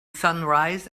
sunrise